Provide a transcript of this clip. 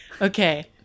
Okay